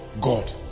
God